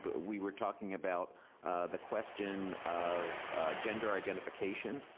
but we were talking about the question of gender identification,